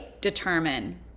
determine